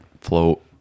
float